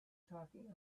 talking